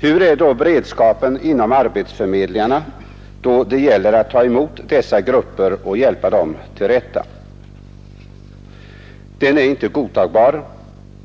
Hurudan är då beredskapen inom arbetsförmedlingarna när det gäller att ta emot dessa grupper och hjälpa dem till rätta? Ja, den är inte godtagbar.